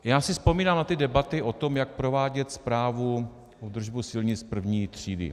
Já si vzpomínám na ty debaty o tom, jak provádět správu a údržbu silnic první třídy.